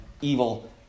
evil